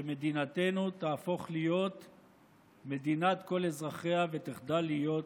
שמדינתנו תהפוך להיות מדינת כל אזרחיה ותחדל להיות